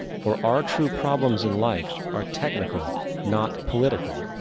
for our true problems in life are technical not political.